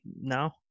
now